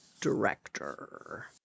director